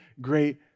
great